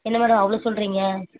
என்ன மேடம் அவ்வளோ சொல்கிறீங்க